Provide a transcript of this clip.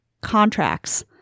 Contracts